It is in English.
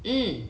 mm